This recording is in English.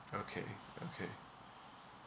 okay okay